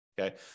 okay